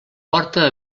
porta